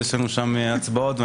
יש לנו שם הצבעות,